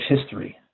history